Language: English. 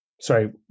sorry